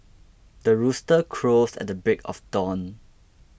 the rooster crows at the break of dawn